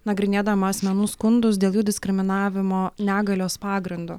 nagrinėdama asmenų skundus dėl jų diskriminavimo negalios pagrindu